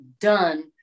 done